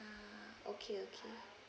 ah okay okay